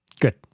Good